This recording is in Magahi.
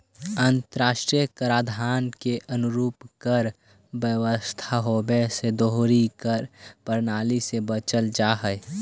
अंतर्राष्ट्रीय कराधान के अनुरूप कर व्यवस्था होवे से दोहरी कर प्रणाली से बचल जा सकऽ हई